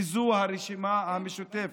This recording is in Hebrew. וזו הרשימה המשותפת.